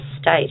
state